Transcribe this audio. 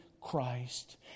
Christ